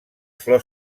flors